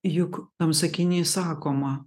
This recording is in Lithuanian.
juk tam sakiny sakoma